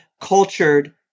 cultured